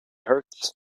hurts